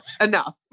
Enough